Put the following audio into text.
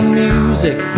music